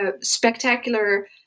spectacular